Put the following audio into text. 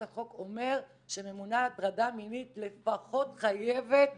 החוק אומר שממונה על הטרדה מינית לפחות חייבת